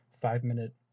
five-minute